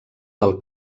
del